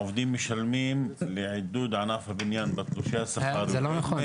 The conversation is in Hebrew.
העובדים משלמים לעידוד ענף הבניה בתלושי השכר --- זה לא נכון.